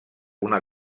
una